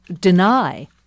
deny